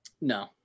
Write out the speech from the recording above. No